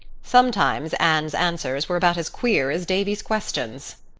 sometimes anne's answers were about as queer as davy's questions,